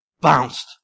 Bounced